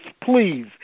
please